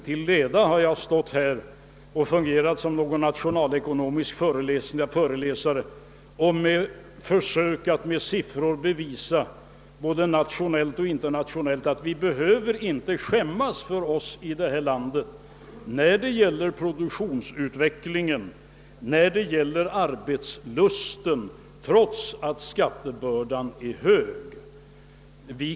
Till leda har jag stått i denna talarstol och fungerat som något slags nationalekonomisk föreläsare och försökt att med siffror bevisa att vi varken nationellt eller internationellt behöver skämmas i det här landet när det gäller produktionsutvecklingen och arbetslusten, trots att skattebördan är hög.